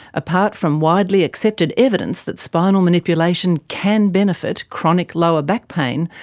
apart from widely accepted evidence that spinal manipulation can benefit chronic lower back pain,